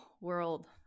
world